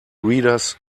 readers